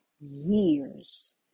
years